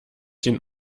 den